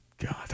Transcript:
God